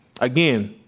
Again